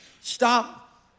stop